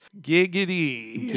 giggity